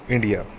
India